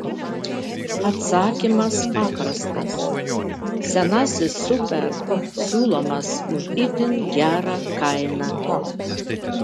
atsakymas paprastas senasis superb siūlomas už itin gerą kainą